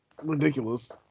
ridiculous